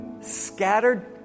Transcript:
Scattered